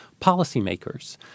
policymakers